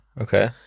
Okay